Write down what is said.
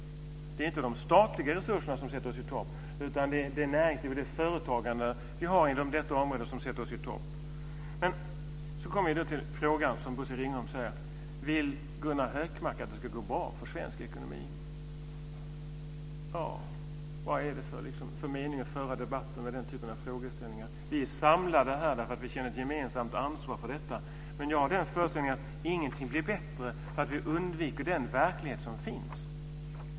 Det är inte de statliga resurserna som sätter taket utan det är det näringsliv och det företagande som finns inom området som sätter taket. Så kommer vi då till Bosse Ringholms fråga: Vill Gunnar Hökmark att det ska gå bra för svensk ekonomi? Ja, vad är det för mening att föra debatter med den typen av frågeställningar? Vi är samlade här för att vi känner ett gemensamt ansvar för detta, men jag har föreställningen att ingenting blir bättre för att vi undviker den verklighet som finns.